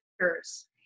years